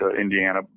Indiana